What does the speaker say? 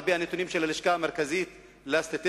על-פי הנתונים של הלשכה המרכזית לסטטיסטיקה,